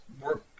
work